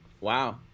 Wow